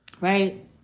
Right